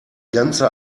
ganze